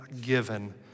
given